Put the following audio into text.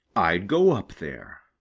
i'd go up there.